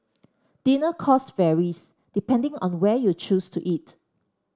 dinner cost varies depending on where you choose to eat